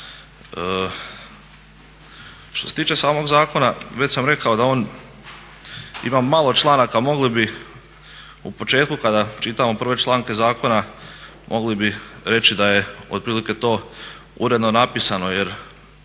Što se tiče samog zakona, već sam rekao da on ima malo članaka, mogli bi u početku kada čitamo prve članke zakona, mogli bi reći da je otprilike to uredno napisano, jer